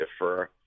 defer